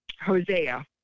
Hosea